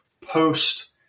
post